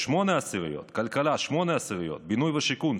0.8%; כלכלה 0.8%; בינוי ושיכון,